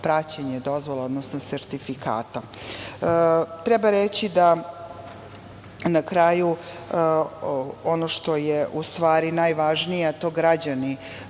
praćenje dozvola odnosno sertifikata. Treba reći na kraju, ono što je najvažnije, a to građani